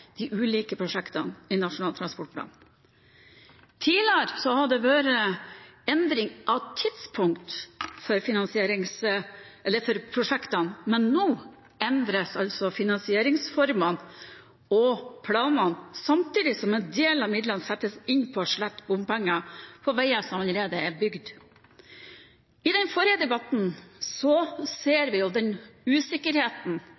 de ulike prosjektene i Nasjonal transportplan. Tidligere har det vært endring av tidspunkt for prosjektene, men nå endres altså finansieringsformene og -planene samtidig som en del av midlene settes inn på å slette bompenger på veier som allerede er bygd. I den forrige debatten så